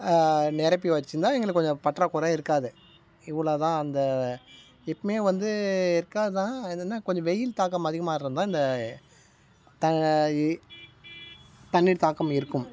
நிரப்பி வெச்சுருந்தா எங்களுக்கு கொஞ்சம் பற்றாக்குறை இருக்காது இவ்வளோ தான் அந்த எப்பவுமே வந்து இருக்காது தான் அது என்ன கொஞ்சம் வெயில் தாக்கம் அதிகமாக இருந்தால் இந்த தண்ணீர் தாக்கம் இருக்கும்